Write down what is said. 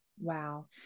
Wow